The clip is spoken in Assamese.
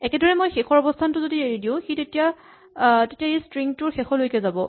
একেদৰেই মই শেষৰ অৱস্হানটো যদি এৰি দিও তেতিয়া ই ষ্ট্ৰিং টোৰ শেষলৈকে যাব